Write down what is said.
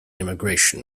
immigration